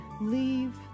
leave